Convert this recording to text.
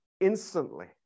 instantly